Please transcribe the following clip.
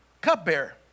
Cupbearer